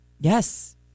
Yes